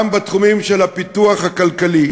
גם בתחומים של הפיתוח הכלכלי.